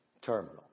terminal